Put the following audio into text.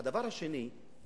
והדבר השני,